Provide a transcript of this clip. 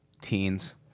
teens